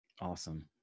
Awesome